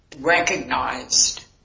recognized